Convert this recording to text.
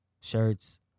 shirts